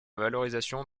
valorisation